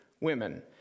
women